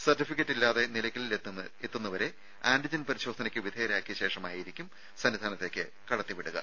certificate ഇല്ലാതെ നിലക്കലിൽ എത്തുന്നവരെ ആന്റിജൻ പരിശോധനയ്ക്ക് വിധേയരാക്കിയ ശേഷമായിരിക്കും സന്നിധാനത്തേക്ക് കടത്തിവിടുക